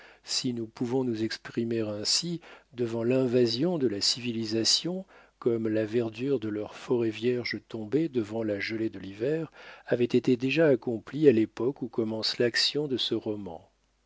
si nous pouvons nous exprimer ainsi devant l'invasion de la civilisation comme la verdure de leurs forêts vierges tombait devant la gelée de l'hiver avait été déjà accompli à l'époque où commence l'action de ce roman